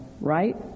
right